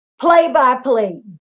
play-by-play